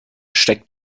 steckt